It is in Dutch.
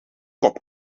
hoofd